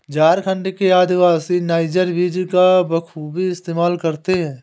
झारखंड के आदिवासी नाइजर बीज का बखूबी इस्तेमाल करते हैं